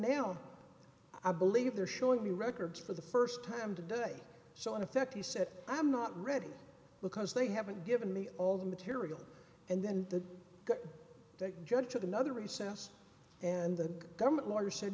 now i believe they're showing me records for the first time today so in effect he said i am not ready because they haven't given me all the material and then the judge to the other recess and the government lawyer said